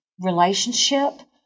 relationship